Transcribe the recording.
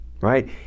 right